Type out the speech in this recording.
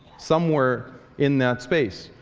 somewhere in that space.